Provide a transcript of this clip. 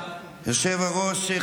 היושב-ראש,